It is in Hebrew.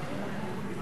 אדוני היושב-ראש,